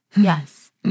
yes